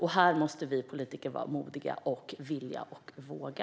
Här måste vi politiker vara modiga och vilja och våga.